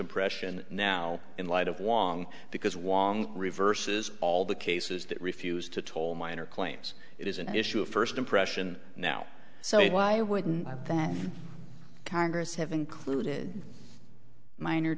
impression now in light of wang because wong reverses all the cases that refuse to toll minor claims it is an issue of first impression now so why wouldn't the congress have included min